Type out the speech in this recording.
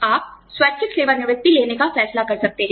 आप स्वैच्छिक सेवानिवृत्ति लेने का फैसला कर सकते हैं